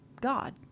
God